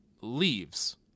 leaves